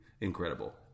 incredible